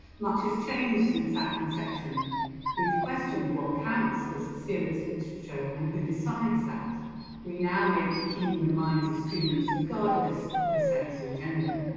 much has changed since that conception we've questioned what counts as serious literature and who decides that we now make keen the minds of students regardless of their sex or gender.